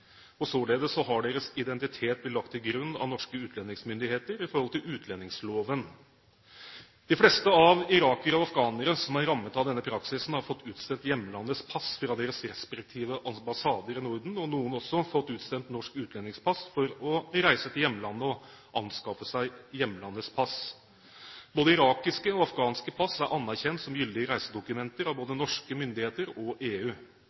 og således har deres identitet blitt lagt til grunn av norske utlendingsmyndigheter i forhold til utlendingsloven. De fleste av irakere og afghanere som er rammet av denne praksisen, har fått utstedt hjemlandets pass fra deres respektive ambassader i Norden. Noen har også fått utstedt norsk utlendingspass for å reise til hjemlandet og anskaffe seg hjemlandets pass. Både irakiske og afghanske pass er anerkjent som gyldige reisedokumenter av både norske myndigheter og EU.